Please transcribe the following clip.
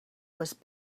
was